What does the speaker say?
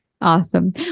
Awesome